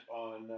on